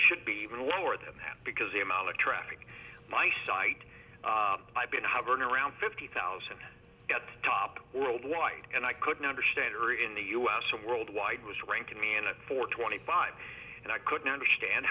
should be even lower than that because the amount of traffic my site i've been hovering around fifty thousand at top worldwide and i couldn't understand her in the us a worldwide was ranking minute for twenty five and i couldn't understand